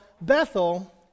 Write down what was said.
Bethel